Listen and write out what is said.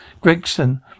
Gregson